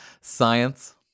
Science